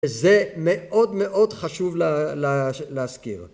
זה מאוד מאוד חשוב ל... ל... להזכיר